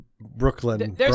Brooklyn